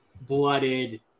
blooded